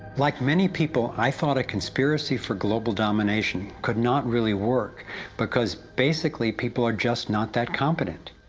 like many people, i thought a conspiracy for global domination could not really work because, basically, people are just not that competent.